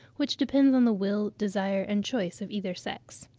which depends on the will, desire, and choice of either sex.